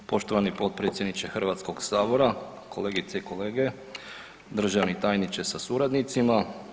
Poštovani podpredsjedniče Hrvatskog sabora, kolegice i kolege, državni tajniče sa suradnicima.